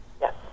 Yes